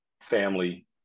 family